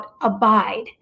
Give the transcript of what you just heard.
abide